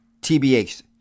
TBH